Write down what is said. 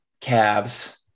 Cavs